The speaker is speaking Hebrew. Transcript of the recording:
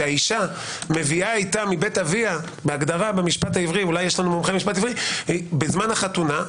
שהאשה מביאה איתה מבית אביה בהגדרה במשפט העברי - בזמן החתונה,